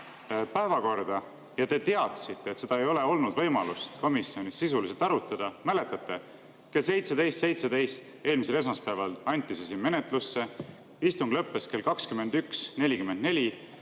päevakorda ja te teadsite, et seda ei ole olnud võimalust komisjonis sisuliselt arutada. Mäletate, kell 17.17 eelmisel esmaspäeval anti see siin menetlusse, istung lõppes kell 21.44